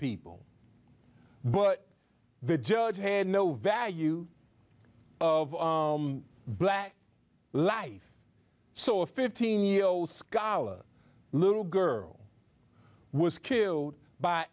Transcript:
people but the judge had no value of black life so a fifteen year old scholar little girl was killed by